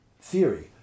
theory